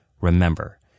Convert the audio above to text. Remember